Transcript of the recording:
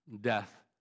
death